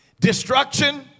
destruction